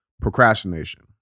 procrastination